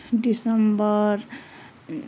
दिसम्बर